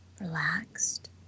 Relaxed